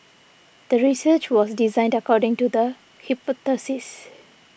the research was designed according to the hypothesis